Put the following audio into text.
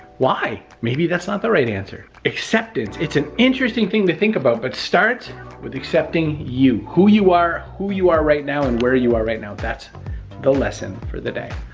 why? maybe that's not the right answer. acceptance, it's an interesting thing to think about, but start with accepting you, who you are, who you are right now, and where you are right now. that's the lesson for the day.